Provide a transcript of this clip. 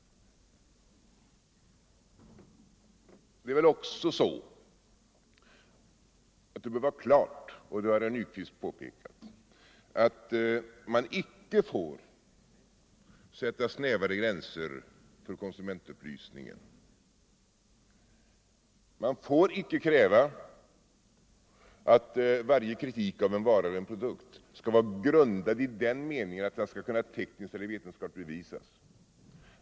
Det bör väl också vara klart — och det har herr Nyquist påpekat — att man icke får sätta snävare gränser för konsumentupplysningen. Man får icke kräva att varje kritik av en vara eller en produkt skall vara grundad i den meningen att den skall kunna tekniskt eller vetenskapligt bevisas.